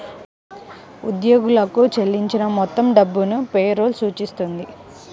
ఉద్యోగులకు చెల్లించిన మొత్తం డబ్బును పే రోల్ సూచిస్తుంది